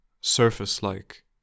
surface-like